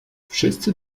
wszyscy